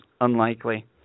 unlikely